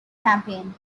campaign